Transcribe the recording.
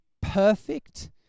perfect